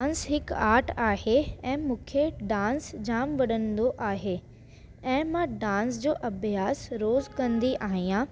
dance हिकु art आहे ऐं मूंखे डांस जाम वणंदो आहे ऐं मां डांस जो अभ्यास रोज़ु कंदी आहियां